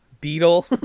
Beetle